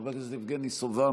חבר הכנסת יבגני סובה,